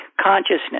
Consciousness